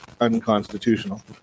unconstitutional